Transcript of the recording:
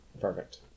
Perfect